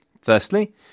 Firstly